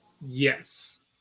yes